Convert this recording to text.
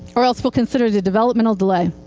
or else we'll consider it a developmental delay.